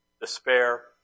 despair